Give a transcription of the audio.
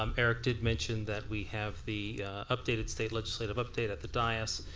um eric did mention that we have the updated state legislative update at the dais.